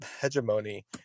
hegemony